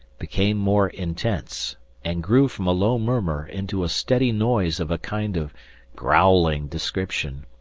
became more intense and grew from a low murmur into a steady noise of a kind of growling description,